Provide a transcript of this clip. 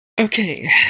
Okay